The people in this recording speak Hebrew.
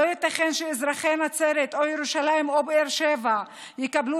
לא ייתכן שאזרחי נצרת או ירושלים או באר שבע יקבלו